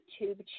YouTube